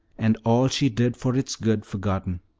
and all she did for its good forgotten.